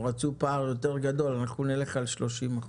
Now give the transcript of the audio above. הם רצו פער יותר גדול אנחנו נלך על 30%,